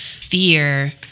fear